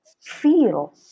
feel